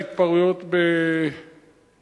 והוא ההתפרעויות בנעלין,